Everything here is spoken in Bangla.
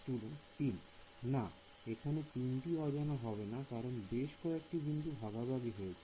Student 3 না এখানে তিনটি অজানা হবে না কারণ বেশ কয়েকটি বিন্দু ভাগাভাগি হয়েছে